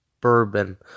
bourbon